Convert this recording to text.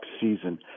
season